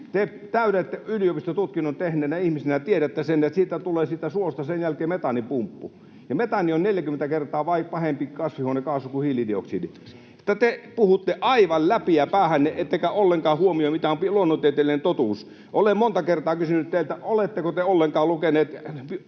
te yliopistotutkinnon tehneenä ihmisenä tiedätte, että siitä suosta tulee sen jälkeen metaanipumppu. Ja metaani on 40 kertaa pahempi kasvihuonekaasu kuin hiilidioksidi. Mutta te puhutte aivan läpiä päähänne ettekä ollenkaan huomioi, mitä on luonnontieteellinen totuus. Olen monta kertaa kysynyt teiltä, oletteko te ollenkaan lukeneet